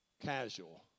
Casual